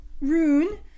rune